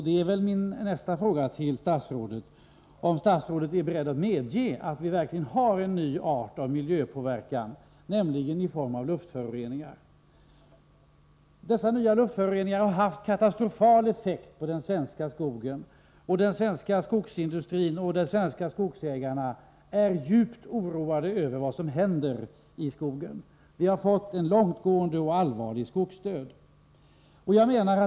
Det är min nästa fråga till statsrådet: Är statsrådet beredd att medge att vi verkligen har en ny art av miljöpåverkan, nämligen i form av luftföroreningar? Dessa nya luftföroreningar har haft katastrofal effekt på den svenska skogen. Den svenska skogsindustrin och de svenska skogsägarna är djupt oroade över vad som händer i skogen. Vi har fått en långtgående och allvarlig skogsdöd.